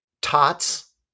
Tots